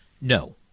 No